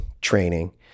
training